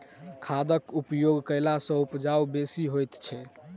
खादक उपयोग कयला सॅ उपजा बेसी होइत छै